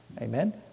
amen